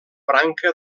branca